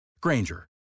Granger